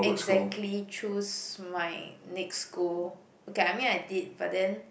exactly choose my next school okay I mean I did but then